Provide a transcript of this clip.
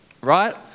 Right